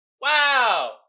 Wow